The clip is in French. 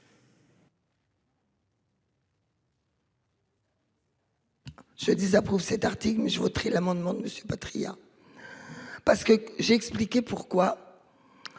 Je désapprouve cet article mais je voterai l'amendement de Monsieur Patriat. Parce que j'ai expliqué pourquoi.